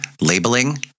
labeling